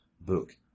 book